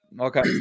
Okay